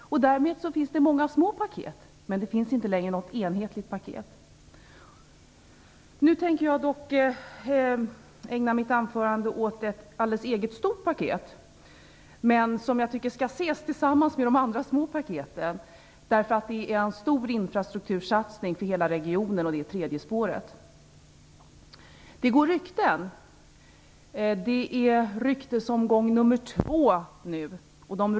Därmed finns det många små paket, men det finns inte längre något enhetligt paket. Jag tänker dock ägna mitt anförande åt ett alldeles eget, stort paket som jag tycker skall ses och diskuteras tillsammans med de andra, små paketen, eftersom det är en stor infrastruktursatsning för hela regionen, och det är tredje spåret. Det går rykten; det är nu ryktesomgång nr 2.